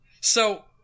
So-